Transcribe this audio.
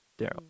daryl